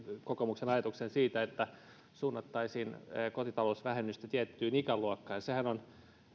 kokoomuksen ajatuksen siitä että suunnattaisiin kotitalousvähennystä tiettyyn ikäluokkaan sehän on